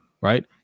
right